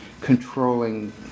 controlling